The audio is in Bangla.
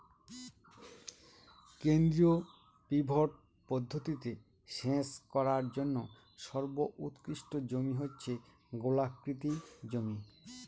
কেন্দ্রীয় পিভট পদ্ধতিতে সেচ করার জন্য সর্বোৎকৃষ্ট জমি হচ্ছে গোলাকৃতি জমি